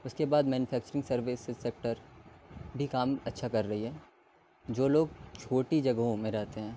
اس کے بعد manufacturing services sector بھی کام اچھا کر رہی ہے جو لوگ چھوٹی جگہوں میں رہتے ہیں